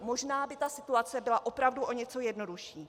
Možná by ta situace byla opravdu o něco jednodušší.